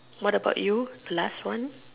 what about you the last one